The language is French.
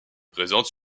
présente